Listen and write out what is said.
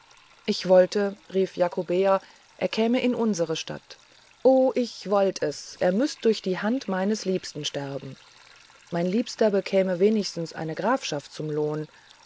ich wollte rief jakobea er käme in unsere stadt o ich wollt es er müßte durch die hand meines liebsten sterben mein liebster bekäme wenigstens eine grafschaft zum lohn